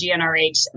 GnRH